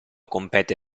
compete